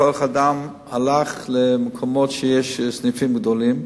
כוח-אדם הלך למקומות שיש בהם סניפים גדולים.